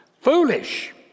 foolish